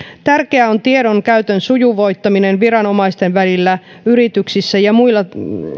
tärkeää on tiedon käytön sujuvoittaminen viranomaisten välillä yrityksissä ja muilla